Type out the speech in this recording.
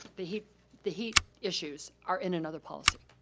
the heat the heat issues are in another policy?